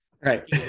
right